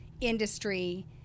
industry